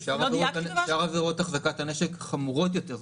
שאר עבירות החזקת הנשק חמורות יותר.